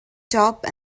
top